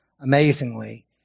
amazingly